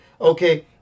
okay